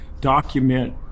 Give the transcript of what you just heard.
document